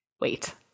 Wait